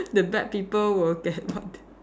the bad people will get what they